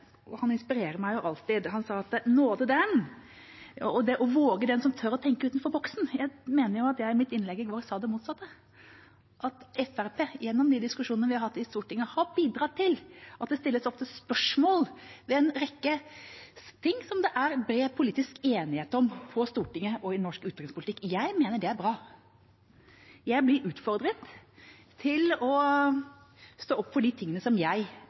han inspirerer meg alltid: Og nåde den som tør å tenke utenfor boksen. Jeg mener jo at jeg i mitt innlegg i går sa det motsatte, at Fremskrittspartiet gjennom de diskusjonene vi har hatt i Stortinget, har bidratt til at det ofte stilles spørsmål ved en rekke ting det er bred politisk enighet om på Stortinget og i norsk utenrikspolitikk. Jeg mener det er bra. Jeg blir utfordret til å stå opp for det jeg mener er viktig i den sammenheng. Når det blir færre demokratier i verden, mener jeg